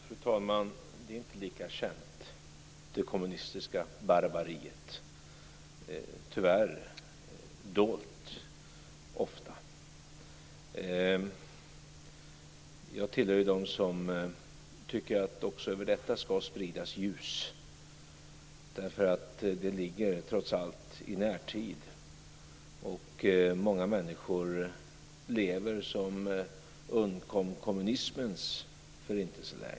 Fru talman! Det är inte lika känt. Det kommunistiska barbariet är tyvärr ofta dolt. Jag tillhör dem som tycker att också över detta ska spridas ljus. Det ligger trots allt i närtid, och många människor lever som undkom kommunismens förintelseläger.